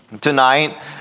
tonight